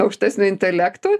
aukštesnio intelekto